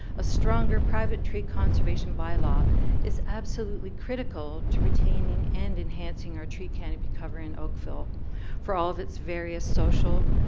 a stronger private tree conservation by law is absolutely critical to retaining and enhancing our tree canopy cover in oakville for all of its various social,